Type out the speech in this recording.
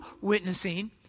witnessing